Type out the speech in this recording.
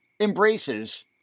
embraces